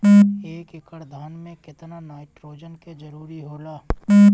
एक एकड़ धान मे केतना नाइट्रोजन के जरूरी होला?